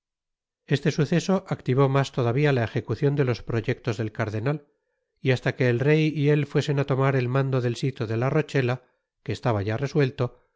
este suceso activó mas todavia la ejecucion de los proyectos del cardenal y hasta que el rey y ét fuesen á tomar el mando del sitio de la rochela que estaba ya resuelto